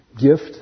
gift